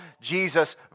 Jesus